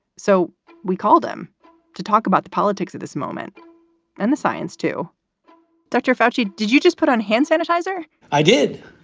so we called him to talk about the politics of this moment and the science to dr. foushee. did you just put on hand sanitizer? i did.